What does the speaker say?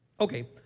Okay